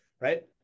Right